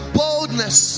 boldness